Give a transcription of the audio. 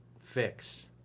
fix